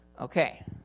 Okay